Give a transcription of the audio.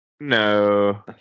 No